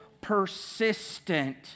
persistent